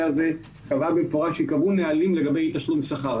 הזה קבעה במפורש שייקבעו נהלים לגבי אי תשלום שכר.